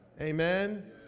amen